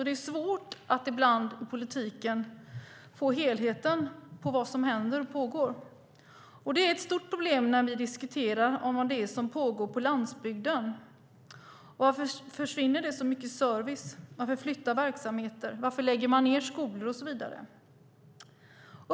Det är ibland svårt i politiken att få en helhet när det gäller vad som händer och pågår, och det är ett stort problem när vi diskuterar om vad det är som sker på landsbygden. Varför försvinner så mycket service? Varför flyttar verksamheter? Varför lägger man ned skolor och så vidare?